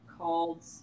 called